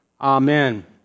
Amen